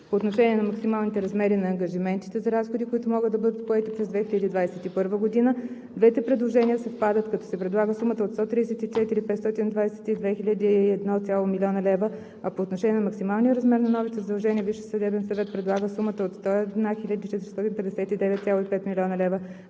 По отношение на максималните размери на ангажиментите за разходи, които могат да бъдат поети през 2021 г., двете предложения съвпадат, като се предлага сумата от 134 522,1 млн. лв. По отношение максималния размер на новите задължения Висшият съдебен съвет предлага сумата от 101 459,5 млн. лв.,